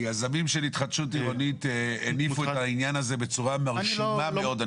היזמים של התחדשות עירונית הניפו את העניין הזה בצורה מרשימה מאוד.